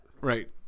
Right